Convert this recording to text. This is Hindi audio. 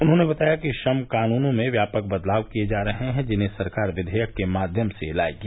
उन्होंने बताया कि श्रम कानून में व्यापक बदलाव किए जा रहे हैं जिन्हें सरकार विवेयक के माध्यम से लाएगी